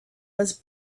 was